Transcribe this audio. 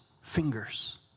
fingers